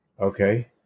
Okay